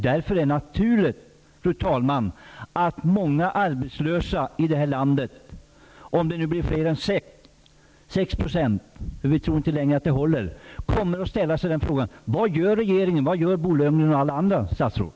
Därför är det naturligt, fru talman, att många arbetslösa här i landet -- det kan bli mer än 6 %; vi tror inte längre att den siffran håller -- kommer att ställa sig frågan: Vad gör regeringen, vad gör Bo Lundgren och alla andra statsråd?